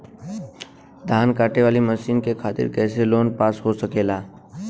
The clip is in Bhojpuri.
धान कांटेवाली मशीन के खातीर कैसे लोन पास हो सकेला?